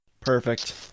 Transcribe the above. Perfect